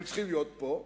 הם צריכים להיות פה,